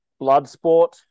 Bloodsport